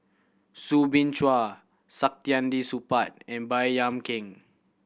Soo Bin Chua Saktiandi Supaat and Baey Yam Keng